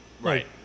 right